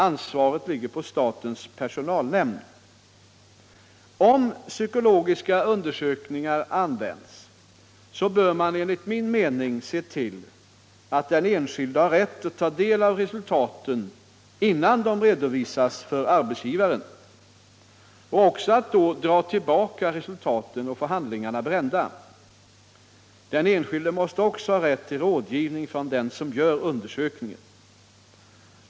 Ansvaret ligger på statens personalnämnd. Om psykologiska undersökningar används, bör man enligt min mening se till att den enskilde har rätt att ta del av resultaten innan de redovisas för arbetsgivaren och också att då dra tillbaka resultaten och få handlingarna brända. Den enskilde måste också ha rätt till rådgivning från den som gör undersökningen.